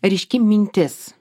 ryški mintis